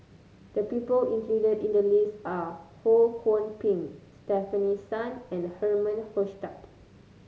the people included in the list are Ho Kwon Ping Stefanie Sun and Herman Hochstadt